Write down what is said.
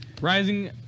Rising